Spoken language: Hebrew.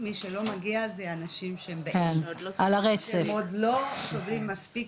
מי שלא מגיע זה אנשים שהם עוד לא סובלים מספיק